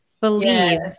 believe